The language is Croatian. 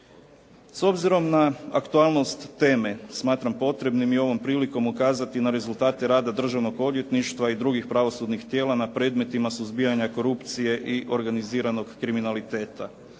S obzirom na aktualnost teme smatram potrebnim a ovom prilikom ukazati na rezultate rada Državnog odvjetništva i drugih pravosudnih tijela na predmetima suzbijanja korupcije i organiziranog kriminalitet.